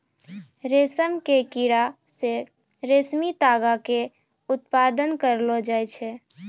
रेशम के कीड़ा से रेशमी तागा के उत्पादन करलो जाय छै